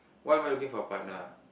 why I'm looking for partner ah